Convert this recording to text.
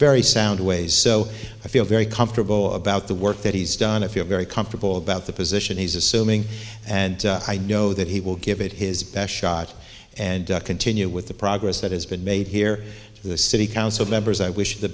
very sound ways so i feel very comfortable about the work that he's done to feel very comfortable about the position he's assuming and i know that he will give it his best shot and continue with the progress that has been made here city council members i wish the